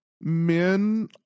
men